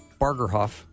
Bargerhoff